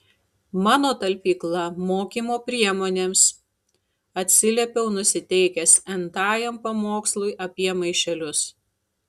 mano talpykla mokymo priemonėms atsiliepiau nusiteikęs n tajam pamokslui apie maišelius